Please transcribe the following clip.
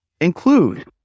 include